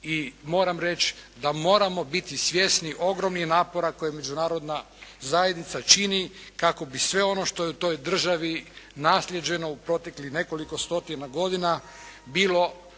moram reći da moramo biti svjesni ogromnih napora koje Međunarodna zajednica čini kako bi sve ono što je u toj državi naslijeđeno u proteklih nekoliko stotina godina bilo